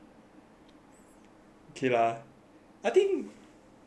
ok lah I think I think can ah honestly